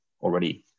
already